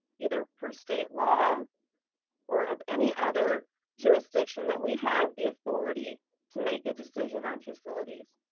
either for state law or of any other jurisdiction, that we have the authority to make a decision on facilities?